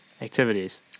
activities